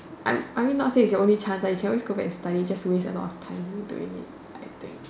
I I mean not say it's your only chance lah you can always go back and study just to waste a lot of time doing it I think